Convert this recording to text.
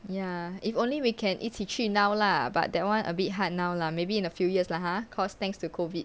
ya if only we can 一起去 now lah but that one a bit hard now lah maybe in a few years lah !huh! cause thanks to COVID